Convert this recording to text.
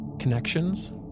connections